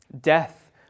Death